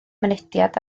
mynediad